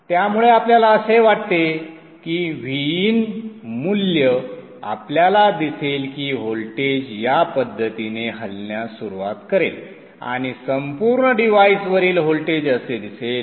त्यामुळे आपल्याला असे वाटते की Vin मूल्य आपल्याला दिसेल की व्होल्टेज या पद्धतीने हलण्यास सुरुवात करेल आणि संपूर्ण डिव्हाइसवरील व्होल्टेज असे असेल